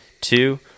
two